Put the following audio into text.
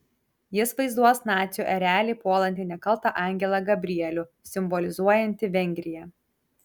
jis vaizduos nacių erelį puolantį nekaltą angelą gabrielių simbolizuojantį vengriją